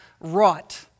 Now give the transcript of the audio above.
wrought